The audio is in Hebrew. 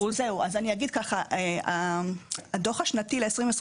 אגיד כך: הדוח השנתי ל-2022